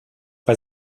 bei